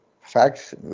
facts